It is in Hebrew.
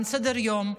אין סדר-יום,